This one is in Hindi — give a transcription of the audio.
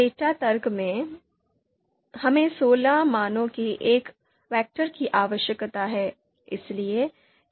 डेटा तर्क में हमें सोलह मानों के एक वेक्टर की आवश्यकता है